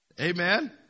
Amen